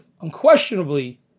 unquestionably